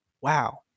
wow